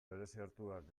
bereziartuak